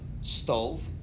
stove